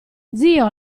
zio